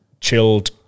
chilled